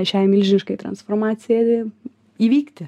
šiai milžiniškai transformacijai įvykti